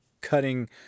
cutting